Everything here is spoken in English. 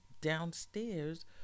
downstairs